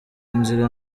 inzira